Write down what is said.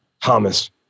Thomas